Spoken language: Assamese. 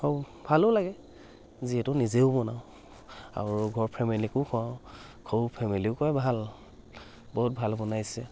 আৰু ভালো লাগে যিহেতু নিজেও বনাওঁ আৰু ঘৰৰ ফেমিলিকো খুৱাওঁ ঘৰৰো ফেমিলিও কয় ভাল বহুত ভাল বনাইছে